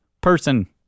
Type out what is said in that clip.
person